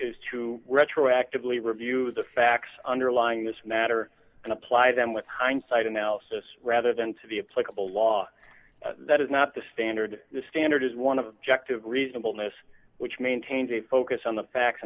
is to retroactively review the facts underlying this matter and apply them with hindsight analysis rather than to be a playable law that is not the standard the standard is one of the ject of reasonableness which maintains a focus on the facts